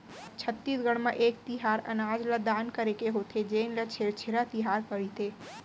छत्तीसगढ़ म एक तिहार अनाज ल दान करे के होथे जेन ल छेरछेरा तिहार कहिथे